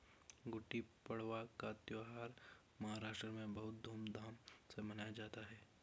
गुड़ी पड़वा का त्यौहार महाराष्ट्र में बहुत धूमधाम से मनाया जाता है